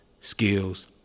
skills